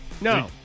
No